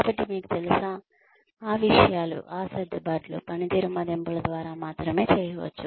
కాబట్టి మీకు తెలుసా ఆ సర్దుబాట్లు పనితీరు మదింపుల ద్వారా మాత్రమే చేయవచ్చు